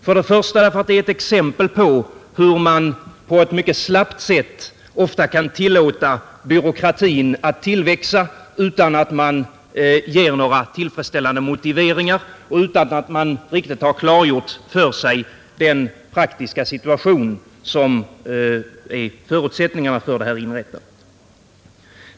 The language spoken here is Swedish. För det första därför att det är ett exempel på hur man på ett mycket slappt sätt ofta kan tillåta byråkratin att tillväxa utan att man ger några tillfredsställande motiveringar och utan att man riktigt har klargjort för sig den praktiska situation som är förutsättningen för det här inrättandet.